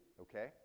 Okay